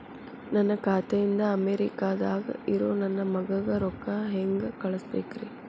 ನನ್ನ ಖಾತೆ ಇಂದ ಅಮೇರಿಕಾದಾಗ್ ಇರೋ ನನ್ನ ಮಗಗ ರೊಕ್ಕ ಹೆಂಗ್ ಕಳಸಬೇಕ್ರಿ?